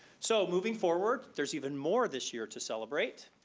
so moving forward. there's even more this year to celebrate.